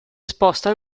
sposta